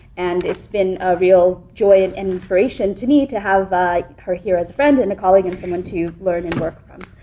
and it's been a real joy and and inspiration to me to have her here as a friend and a colleague, and someone to learn and work from.